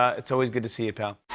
it's always good to see you, pal.